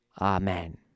Amen